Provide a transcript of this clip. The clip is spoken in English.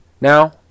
Now